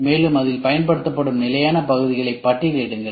மேலும் அதில் பயன்படுத்தப்படும் நிலையான பகுதிகளை பட்டியலிடுங்கள்